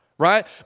Right